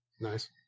Nice